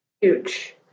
Huge